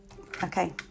Okay